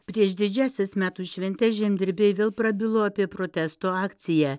prieš didžiąsias metų šventes žemdirbiai vėl prabilo apie protesto akciją